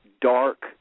dark